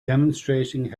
demonstrating